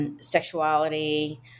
sexuality